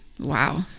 Wow